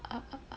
uh